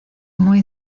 muy